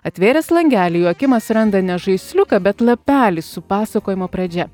atvėręs langelį joakimas randa ne žaisliuką bet lapelį su pasakojimo pradžia